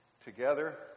together